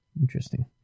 Interesting